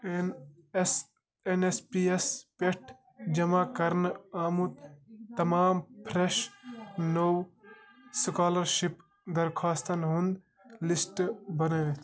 N S N S P یَس پٮ۪ٹھ جمع کرنہٕ آمُت تمام فرٛیٚش نوٚو سُکالَرشِپ درخوٛاستَن ہُنٛد لِسٹہٕ بنٲیِتھ